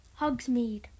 Hogsmeade